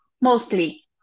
mostly